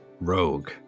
Rogue